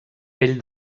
pell